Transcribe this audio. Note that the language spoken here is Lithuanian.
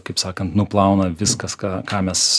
kaip sakant nuplauna viskas ką ką mes